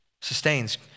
Sustains